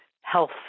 health